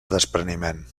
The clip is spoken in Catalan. despreniment